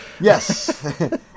Yes